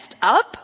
up